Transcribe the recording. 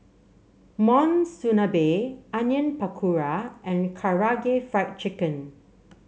Monsunabe Onion Pakora and Karaage Fried Chicken